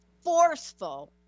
forceful